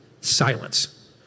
Silence